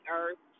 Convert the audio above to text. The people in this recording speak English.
earth